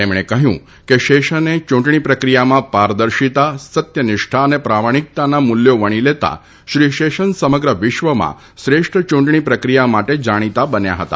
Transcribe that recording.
તેમણે કહ્યુંકે શ્રી શેષને ચૂંટણી પ્રકિયામાં પારદર્શિતા સત્યનિષ્ઠા અને પ્રમાણીકતાના મૂલ્યો વણી લેતા શ્રી શેષન સમગ્ર વિશ્વમાં શ્રેષ્ઠ ચૂંટણી પ્રક્રિયા માટે જાણીતા બન્યા હતા